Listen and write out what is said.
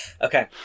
Okay